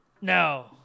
no